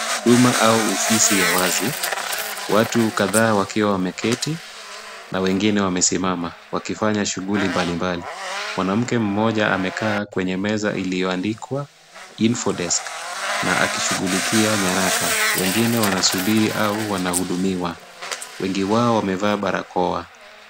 Duma au ofisi ya wazi. Watu kadhaa wakiwa wameketi, na wengine wamesimama, wakifanya shughuli mbalimbali. Mwanamke mmoja amekaa kwenye meza iliyoandikwa, info desk na akishughulikia nyaraka. Wengine wanasubiri au wanahudumiwa. Wengi wao wamevaa barakoa.